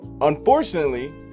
Unfortunately